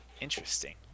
Interesting